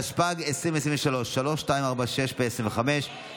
התשפ"ג 2023, פ/3246/25.